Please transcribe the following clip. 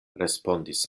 respondis